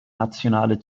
nationale